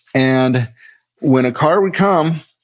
and when a car would come,